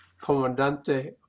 Comandante